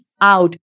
out